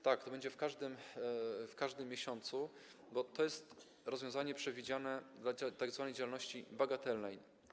Tak, to będzie w każdym miesiącu, bo to jest rozwiązanie przewidziane dla tzw. działalności bagatelnej.